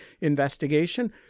investigation